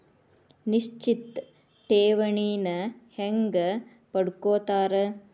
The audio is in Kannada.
ನಿಶ್ಚಿತ್ ಠೇವಣಿನ ಹೆಂಗ ಪಡ್ಕೋತಾರ